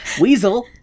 weasel